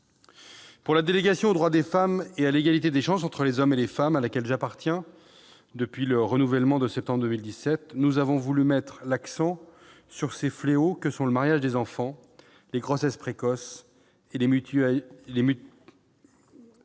de la délégation aux droits des femmes et à l'égalité des chances entre les hommes et les femmes, à laquelle j'appartiens depuis le renouvellement du Sénat de septembre 2017, nous avons voulu mettre l'accent sur les fléaux que sont le mariage des enfants, les grossesses précoces et les mutilations